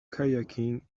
kayaking